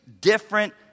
different